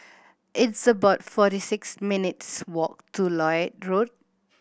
it's about forty six minutes walk to Lloyd Road